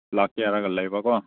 ꯂꯥꯛꯀꯦ ꯍꯥꯏꯔꯒ ꯂꯩꯕ ꯀꯣ